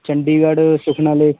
Chandigarh Sukhna lake